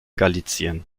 galizien